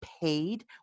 paid